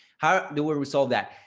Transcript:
how do we resolve that?